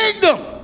kingdom